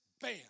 bam